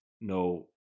No